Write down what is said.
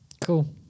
Cool